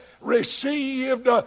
received